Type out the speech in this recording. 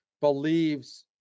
believes